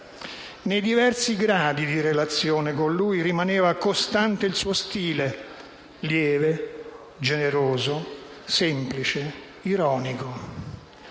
Nei diversi gradi di relazione con lui rimaneva costante il suo stile lieve, generoso, semplice ed ironico.